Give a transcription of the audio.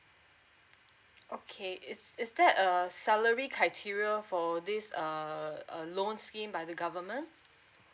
okay is is that a salary criteria for this err err loan scheme by the government